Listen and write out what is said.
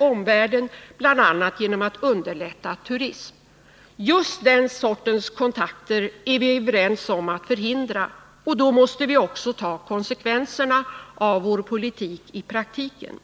omvärlden, bl.a. genom att underlätta turism. Just den sortens kontakter är vi överens om att förhindra. Då måste vi också ta konsekvenserna av vår politik i praktiken.